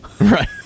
Right